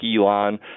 Elon